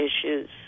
issues